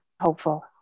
hopeful